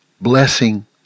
blessing